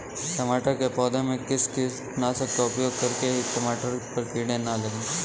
टमाटर के पौधे में किस कीटनाशक का उपयोग करें कि टमाटर पर कीड़े न लगें?